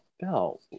Bill